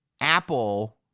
Apple